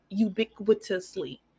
ubiquitously